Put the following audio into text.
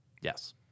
Yes